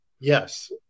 yes